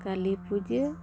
ᱠᱟᱹᱞᱤ ᱯᱩᱡᱟᱹ